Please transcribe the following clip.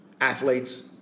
athletes